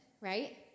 right